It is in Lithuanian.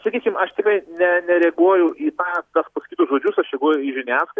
sakykim aš tikrai ne nereaguoju į pas tuo pasakytus žodžius aš reaguoju į žiniasklai